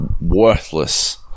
worthless